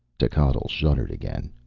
techotl shuddered again.